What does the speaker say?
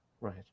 right